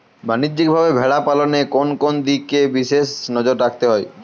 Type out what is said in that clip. বাণিজ্যিকভাবে ভেড়া পালনে কোন কোন দিকে বিশেষ নজর রাখতে হয়?